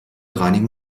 reinigen